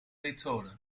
methode